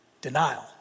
denial